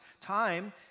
time